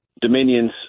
Dominion's